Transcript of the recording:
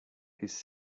his